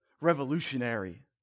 revolutionary